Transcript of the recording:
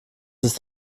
ist